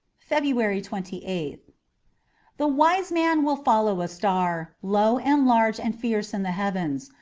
february twenty eighth the wise man will follow a star, low and large and fierce in the heavens,